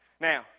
now